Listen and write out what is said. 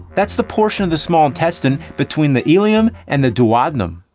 that's the portion of the small intestine, between the ileum and the duodenum.